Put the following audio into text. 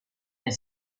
nel